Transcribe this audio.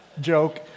Joke